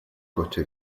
coche